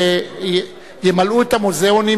וימלאו את המוזיאונים,